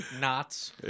Knots